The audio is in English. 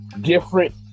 different